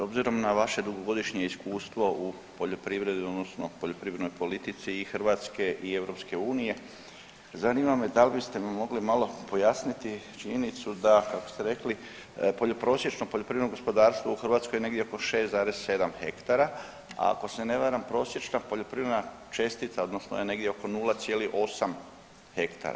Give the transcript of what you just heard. S obzirom na vaše dugogodišnje iskustvo u poljoprivredi odnosno poljoprivrednoj politici i Hrvatske i EU, zanima me da li biste mi mogli malo pojasniti činjenicu da kako ste rekli da prosječno poljoprivredno gospodarstvo u Hrvatskoj negdje oko 6,7 hektara, ako se ne varam prosječna poljoprivredna čestica odnosno je negdje oko 0,8 hektara.